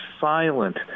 silent